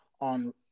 on